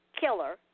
killer –